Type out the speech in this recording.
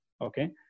Okay